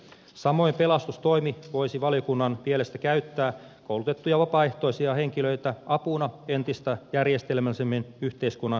samoin pelastustoimi voisi valiokunnan mielestä käyttää koulutettuja vapaaehtoisia henkilöitä apuna entistä järjestelmällisemmin yhteiskunnan häiriötilanteissa